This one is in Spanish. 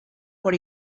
por